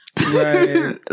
Right